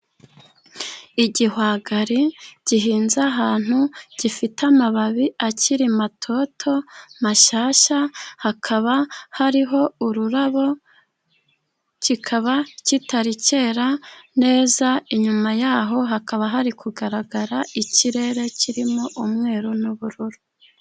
Igihwagari gihinze ahantu gifite amababi akiri matoto mashyashya, hakaba hariho ururabo kikaba kitari cyera neza, inyuma yaho hakaba hari kugaragara ikirere kirimo umweru n'ubururu.